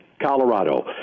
Colorado